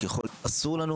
ככל שיקרה אצלנו